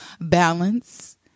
balance